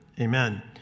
Amen